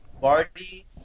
Barty